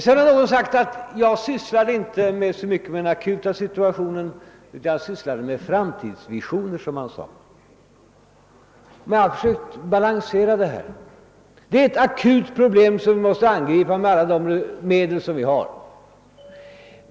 Någon har sagt att jag inte så mycket ägnar mig åt den akuta situationen utan sysslar med framtidsvisioner. Visst gäller det ett akut problem som måste angripas med alla till buds stående medel!